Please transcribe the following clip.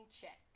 check